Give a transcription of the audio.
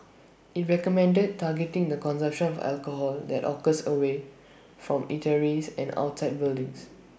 IT recommended targeting the consumption of alcohol that occurs away from eateries and outside buildings